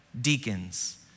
deacons